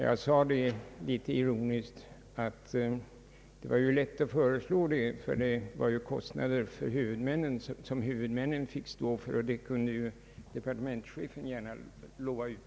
Men jag framhöll litet ironiskt att det var ju lätt att komma med ett sådant förslag, ty det var kostnader som huvudmännen fick stå för, så att det kunde ju departementschefen gärna lova ut.